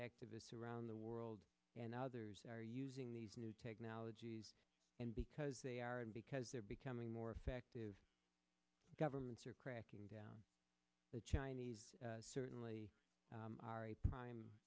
activists around the world and others are using these new technologies and because they are and because they're becoming more effective governments are cracking down the chinese certainly are a prime